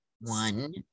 One